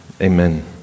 amen